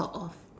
thought of